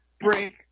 break